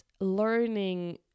learning